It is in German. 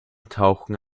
tauchen